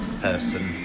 person